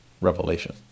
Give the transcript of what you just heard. revelation